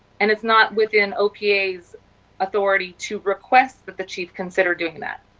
and it is not within opa's authority to request but the chief considering that?